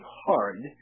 hard